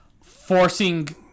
forcing